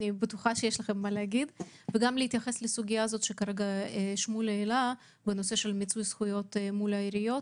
האם תוכלו להתייחס לשאלה שהעלה שמואל לגבי מיצוי זכויות מול העיריות,